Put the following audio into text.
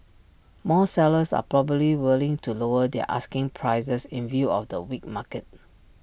more sellers are probably willing to lower their asking prices in view of the weak market